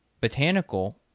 botanical